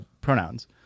pronouns